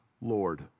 Lord